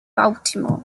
baltimore